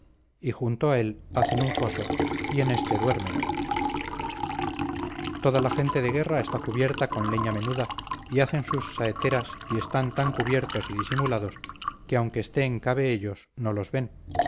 y junto a él hacen un foso y en éste duermen toda la gente de guerra está cubierta con leña menuda y hacen sus saeteras y están tan cubiertos y disimulados que aunque estén cabe ellos no los ven